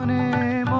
and a